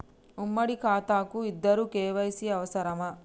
ఉమ్మడి ఖాతా కు ఇద్దరు కే.వై.సీ అవసరమా?